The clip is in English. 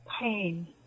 pain